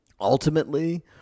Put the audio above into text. Ultimately